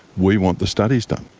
we want the studies done.